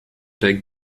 der